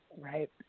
right